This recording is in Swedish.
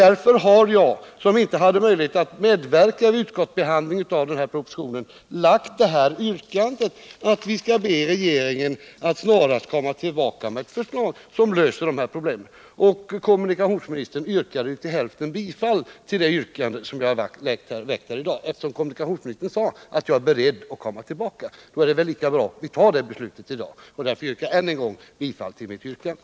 Därför har jag, som inte hade möjlighet att medverka vid utskottsbehandlingen av den här propositionen, framlagt yrkandet att vi skall be regeringen att snarast komma tillbaka med ett förslag förbättra kollektiv som löser de här problemen. Kommunikationsministern yrkade till hälften bifall till det yrkandet, eftersom han sade att han var beredd att komma tillbaka. Då är det väl lika bra att vi fattar det beslutet i dag. Jag yrkar än en gång bifall till mitt yrkande.